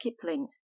kipling